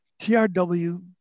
TRW